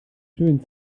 schön